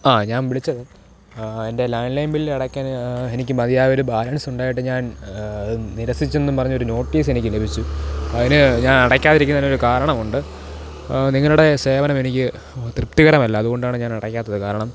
ആ ഞാന് വിളിച്ചത് എന്റെ ലാൻഡ് ലൈന് ബില്ല് അടയ്ക്കാന് എനിക്ക് മതിയായ ഒരു ബാലന്സുണ്ടായിട്ട് ഞാന് അത് നിരസിച്ചെന്ന് പറഞ്ഞ് ഒരു നോട്ടീസ് എനിക്ക് ലഭിച്ചു അതിന് ഞാന് അടയ്ക്കാതിരിക്കുന്നതിനൊരു കാരണം ഉണ്ട് നിങ്ങളുടെ സേവനം എനിക്ക് തൃപ്തികരമല്ല അതുകൊണ്ടാണ് ഞാന് അടയ്ക്കാത്തത് കാരണം